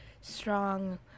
strong